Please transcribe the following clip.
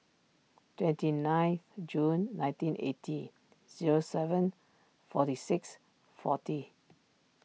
twenty ninth June nineteen eighty zero seven forty six forty